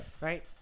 Right